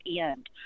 end